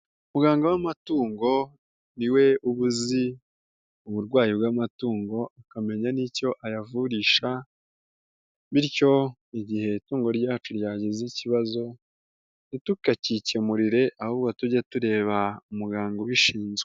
Umuganga w'amatungo ni we uba uzi uburwayi bw'amatungo akamenya n'icyo ayavurisha, bityo igihe itungo ryacu ryagize ikibazo, ntitukakikemurire ahubwo tujya tureba umuganga ubishinzwe.